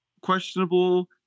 Questionable